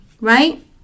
right